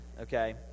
Okay